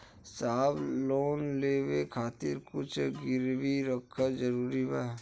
साहब लोन लेवे खातिर कुछ गिरवी रखल जरूरी बा?